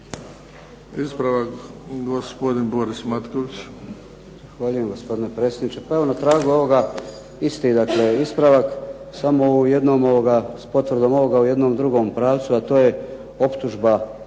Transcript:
Ispravak, gospodin Boris Matković.